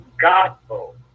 gospel